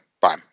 Bye